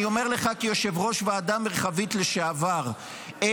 כיושב-ראש ועדה מרחבית לשעבר אני אומר לך,